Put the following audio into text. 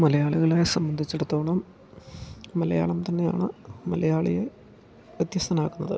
മലയാളികളെ സംബന്ധിച്ചെടുത്തോളം മലയാളം തന്നെയാണ് മലയാളിയെ വ്യത്യസ്ഥനാക്കുന്നത്